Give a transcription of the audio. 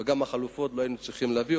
וגם את החלופות לא היינו צריכים להביא,